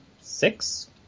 Six